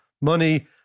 money